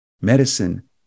medicine